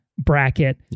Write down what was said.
bracket